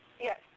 Yes